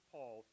Paul